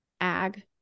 ag